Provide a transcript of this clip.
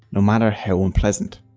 no matter how unpleasant.